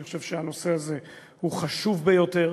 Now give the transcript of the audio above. אני חושב שהנושא הזה הוא חשוב ביותר,